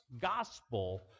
gospel